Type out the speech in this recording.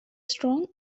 strong